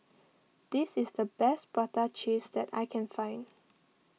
this is the best Prata Cheese that I can find